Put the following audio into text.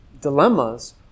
dilemmas